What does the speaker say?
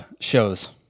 shows